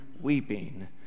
weeping